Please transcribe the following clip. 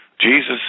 Jesus